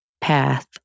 path